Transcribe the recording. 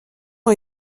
ont